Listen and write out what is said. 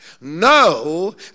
No